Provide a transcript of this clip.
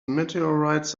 meteorites